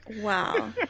Wow